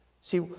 See